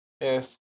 Yes